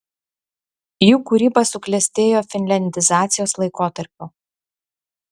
jų kūryba suklestėjo finliandizacijos laikotarpiu